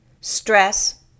Stress